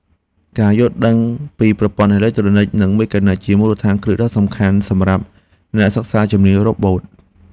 ការយល់ដឹងពីប្រព័ន្ធអេឡិចត្រូនិចនិងមេកានិច គឺជាមូលដ្ឋានគ្រឹះដ៏សំខាន់សម្រាប់អ្នកសិក្សាជំនាញរ៉ូបូត។